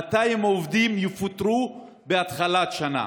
200 עובדים יפוטרו בתחילת השנה.